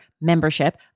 membership